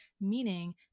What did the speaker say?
meaning